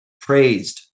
praised